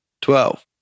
Twelve